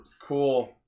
Cool